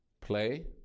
play